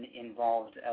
involved